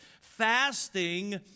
Fasting